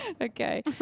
Okay